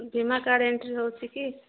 ବୀମା card entry ରହୁଛି କି